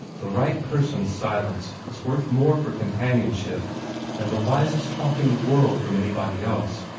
the right person's silence is worth more for companionship than the wisest talk in the world from anybody else.